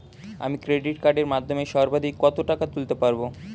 আমি ক্রেডিট কার্ডের মাধ্যমে সর্বাধিক কত টাকা তুলতে পারব?